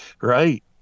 Right